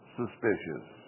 suspicious